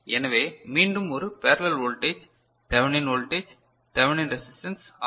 எனவே மீண்டும் ஒரு parallel voltage Thevenin voltage Thevenin resistance R